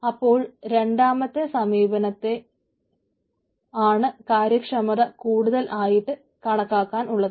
അപ്പോൾ രണ്ടാമത്തെ സമീപനത്തിൽ ആണ് കാര്യക്ഷമത കൂടുതൽ ആയിട്ട് ഉള്ളത്